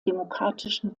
demokratischen